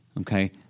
Okay